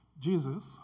Jesus